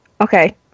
Okay